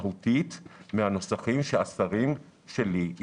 25%. מאחר שהמטרה שלנו היא לעזור לציבור,